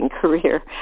career